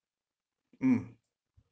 mm